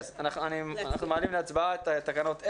אנחנו מעלים להצבעה את התקנות,